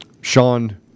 Sean